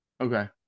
Okay